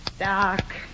Doc